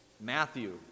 matthew